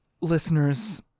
Listeners